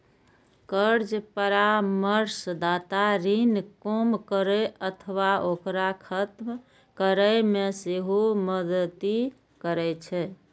कर्ज परामर्शदाता ऋण कम करै अथवा ओकरा खत्म करै मे सेहो मदति करै छै